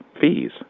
fees